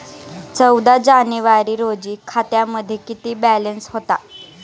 चौदा जानेवारी रोजी खात्यामध्ये किती बॅलन्स होता?